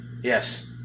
Yes